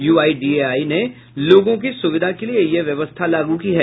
UIDAI ने लोगों की सुविधा के लिये यह व्यवस्था लागू की है